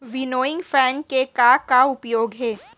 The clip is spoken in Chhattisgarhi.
विनोइंग फैन के का का उपयोग हे?